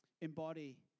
embody